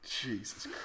Jesus